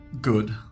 good